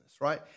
right